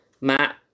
Matt